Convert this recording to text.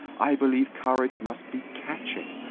i believe courage must be catching!